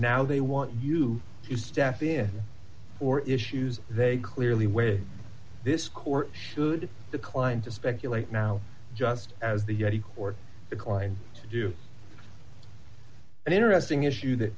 now they want you to step in or issues they clearly where this court should decline to speculate now just as the yeti court declined to do an interesting issue that